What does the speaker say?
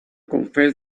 confessed